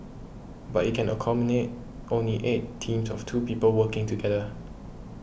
but it can accommodate only eight teams of two people working together